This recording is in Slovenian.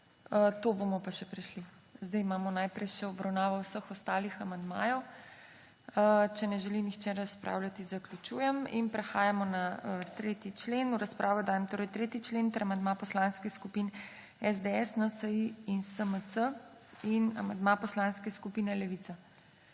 To bomo pa še prešli. Zdaj imamo najprej še obravnavo vseh ostalih amandmajev. Če ne želi nihče razpravljati, zaključujem in prehajamo na tretji člen. V razpravo dajem torej 3. člen ter amandma poslanskih skupin SDS, NSi in SMC in amandma poslanske skupine Levica.